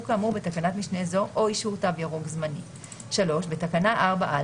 כאמור בתקנת משנה זו או אישור "תו ירוק" זמני"; (3) בתקנה 4(א),